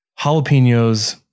jalapenos